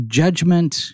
judgment